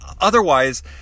Otherwise